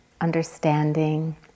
understanding